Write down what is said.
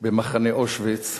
במחנה אושוויץ.